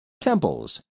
Temples